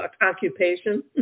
occupation